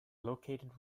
located